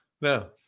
No